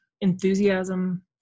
enthusiasm